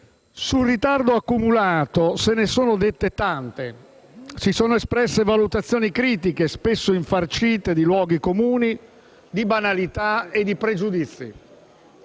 Sul ritardo accumulato se ne sono dette tante, si sono espresse valutazioni critiche spesso infarcite di luoghi comuni, di banalità e di pregiudizi,